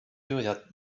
you